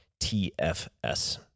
TFS